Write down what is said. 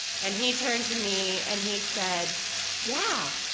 and he turned to me and he said yeah,